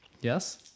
Yes